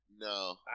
No